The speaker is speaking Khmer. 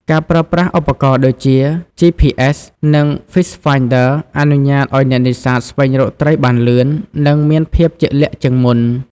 ការប្រើប្រាស់ឧបករណ៍ដូចជា GPS និង Fish Finder អនុញ្ញាតឲ្យអ្នកនេសាទស្វែងរកត្រីបានលឿន និងមានភាពជាក់លាក់ជាងមុន។